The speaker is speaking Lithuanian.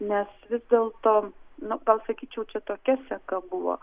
nes vis dėlto nu gal sakyčiau čia tokia seka buvo